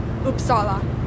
Uppsala